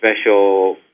special